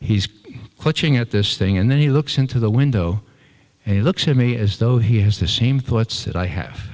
he's clutching at this thing and then he looks into the window and he looks at me as though he has the same thoughts that i have